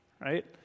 right